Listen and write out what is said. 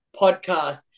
Podcast